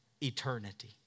Eternity